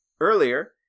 earlier